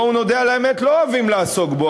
בואו נודה על האמת, לא אוהבים לעסוק בו.